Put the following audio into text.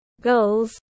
goals